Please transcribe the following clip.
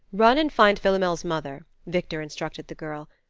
run and find philomel's mother, victor instructed the girl.